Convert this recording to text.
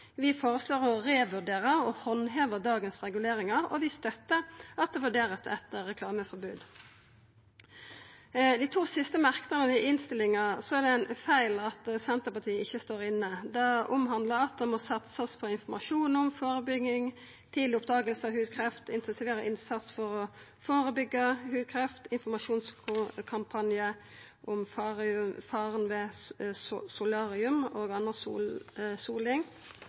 Vi føreslår å revurdera og handheva dagens reguleringar, og vi støttar at det vert vurdert eit reklameforbod. I dei to siste merknadene i innstillinga er det feil at Senterpartiet ikkje står inne. Det handlar om at det må satsast på informasjon om, førebygging av og tidleg oppdaging av hudkreft, å intensivera innsatsen for å førebyggja hudkreft, og informasjonskampanje om faren ved solarium og anna soling.